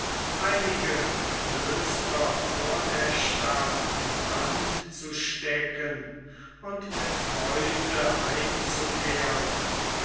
einige klöster vor der stadt in brand zu stecken und mit beute heimzukehren